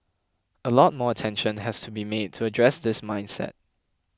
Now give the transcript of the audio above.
a lot more attention has to be made to address this mindset